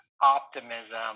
optimism